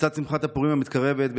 לצד שמחת פורים המתקרבת,